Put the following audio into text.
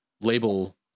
label